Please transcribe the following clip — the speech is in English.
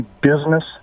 business